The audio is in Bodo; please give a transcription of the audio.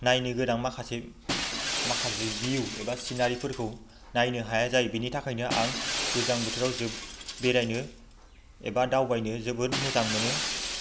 नायनो गोनां माखासे माखासे भिउ एबा सिनारिफोरखौ नायनो हाया जायो बिनि थाखायनो आं गोजां बोथोराव बेरायनो एबा दावबायनो जोबोद मोजां मोनो